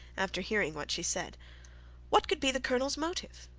after hearing what she said what could be the colonel's motive?